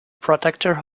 protector